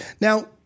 Now